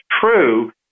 true